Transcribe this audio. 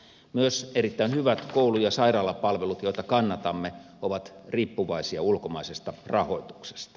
myös erittäin hyvät koulu ja sairaalapalvelut joita kannatamme ovat riippuvaisia ulkomaisesta rahoituksesta